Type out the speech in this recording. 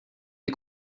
des